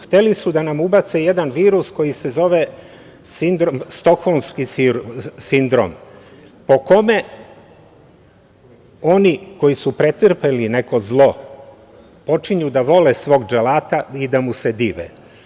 Hteli su da nam ubace jedan virus koji se zove stokholmski sindrom, po kome oni koji su pretrpeli neko zlo počinju da vole svog dželata i da mu se dive.